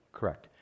Correct